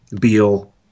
Beal